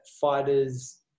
fighters